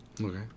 Okay